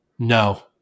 No